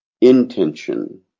intention